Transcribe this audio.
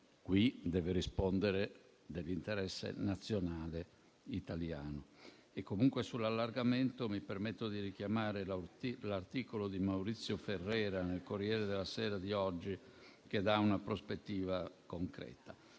qui deve rispondere dell'interesse nazionale italiano. E, comunque, sull'allargamento mi permetto di richiamare l'articolo di Maurizio Ferrera nel «Corriere della Sera» di oggi che dà una prospettiva concreta.